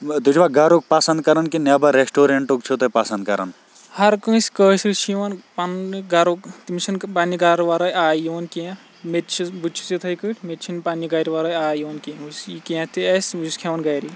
ہَر کٲنٛسہِ کٲشِرِس چھِ یِوان پَنُنٕے گَرُک تٔمِس چھَنہ پَننہِ گَرٕ وَراے آیی یِوان کیٚنٛہہ مےٚ تہِ چھِ بہٕ تہِ چھُس یِتھَے کٲٹھۍ مےٚ تہِ چھنہ پَننہِ گَرٕ وَرٲے آیی یِوان کِیٚنٛہہ بہٕ چھُس یہِ کیٚنٛہہ تہِ آسہِ بہٕ چھُس کھیٚوَن گَرِ